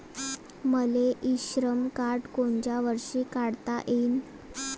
मले e Shram card कोनच्या वर्षी काढता येईन?